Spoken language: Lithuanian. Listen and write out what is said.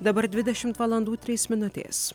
dabar dvidešimvalandų trys minutės